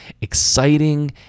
exciting